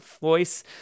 voice